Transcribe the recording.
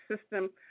system